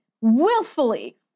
willfully